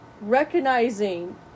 Recognizing